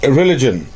religion